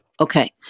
Okay